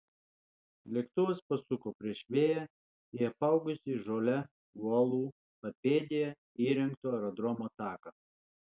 lėktuvas pasuko prieš vėją į apaugusį žole uolų papėdėje įrengto aerodromo taką